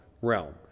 realm